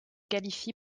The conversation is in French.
qualifie